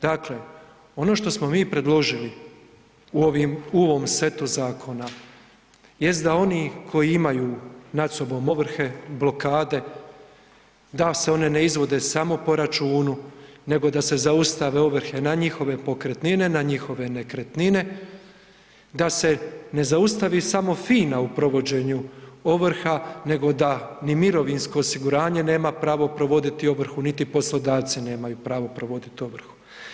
Dakle, ono što smo mi predložili u ovom setu zakona jest da oni koji imaju nad sobom ovrhe, blokade, da se one ne izvode samo po računu nego da se zaustave ovrhe na njihove pokretnine, na njihove nekretnine, da se ne zaustavi samo FINA u provođenju ovrha nego da ni mirovinsko osiguranje nema pravo provoditi ovrhu, niti poslodavci nemaju pravo provoditi ovrhu.